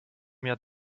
mir